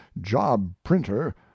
job-printer